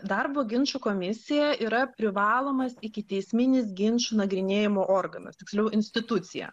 darbo ginčų komisija yra privalomas ikiteisminis ginčų nagrinėjimo organas tiksliau institucija